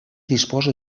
disposa